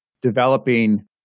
developing